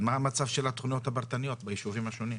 אבל מה המצב של תכניות פרטניות בישובים השונים?